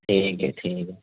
ٹھیک ہے ٹھیک ہے